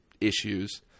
issues